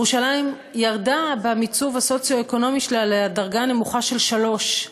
ירושלים ירדה במיצוב הסוציו-אקונומי שלה לדרגה הנמוכה של 3,